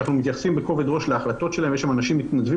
אז במחצית השנייה של חודש ינואר נקיים